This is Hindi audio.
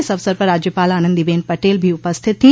इस अवसर पर राज्यपाल आनन्दीबेन पटेल भी उपस्थित थी